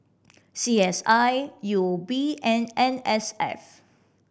C S I U O B and N S F